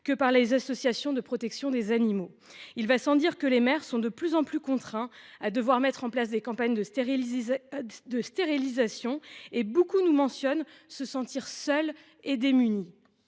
que par les associations de protection des animaux. Il va sans dire que les maires sont de plus en plus contraints de mettre en place des campagnes de stérilisation. Beaucoup d’entre eux indiquent se sentir seuls et démunis.